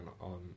on